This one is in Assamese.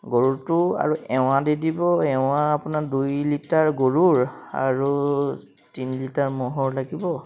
গৰুৰটো আৰু এঁৱা দি দিব এঁৱা আপোনাৰ দুই লিটাৰ গৰুৰ আৰু তিনি লিটাৰ ম'হৰ লাগিব